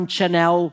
Chanel